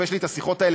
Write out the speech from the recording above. ויש לי את השיחות האלה,